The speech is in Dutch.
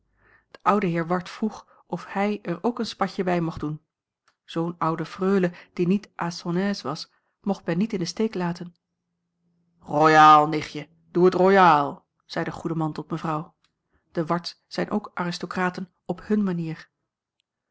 de oude heer ward vroeg of hij er ook een spatje bij mocht doen zoo'n oude freule die niet à son aise was mocht men niet in den steek laten royaal nichtje doe het royaal zei de goede man tot mevrouw de wards zijn ook aristocraten op hunne manier